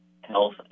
health